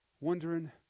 Wondering